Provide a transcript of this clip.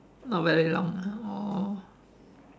not very long ah orh